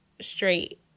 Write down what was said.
straight